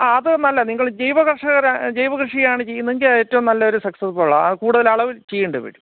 ആ അത് നല്ല നിങ്ങള് ജൈവ കർഷകര് ജൈവ കൃഷിയാണ് ചെയ്യുന്നതെങ്കിൽ അത് ഏറ്റവും നല്ല ഒരു സക്സസ്ഫുള്ളാണ് കൂടുതല് അളവ് ചെയ്യേണ്ടി വരും